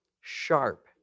Sharp